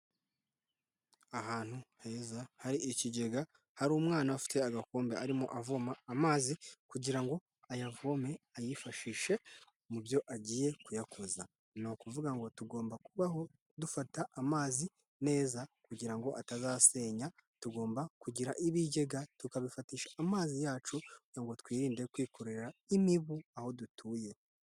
Ahantu heza hari ikigega, hari umwana ufite agakombe arimo avoma amazi kugira ngo ayavome, ayifashishe mu byo agiye kuyakoza. Ni ukuvuga ngo tugomba kubaho dufata amazi neza kugira ngo atazasenya, tugomba kugira ibigega tukabifatisha amazi yacu, kugira ngo twirinde kwikorera imibu aho dutuye.